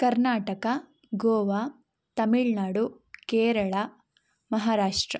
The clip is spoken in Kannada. ಕರ್ನಾಟಕ ಗೋವಾ ತಮಿಳುನಾಡು ಕೇರಳ ಮಹಾರಾಷ್ಟ್ರ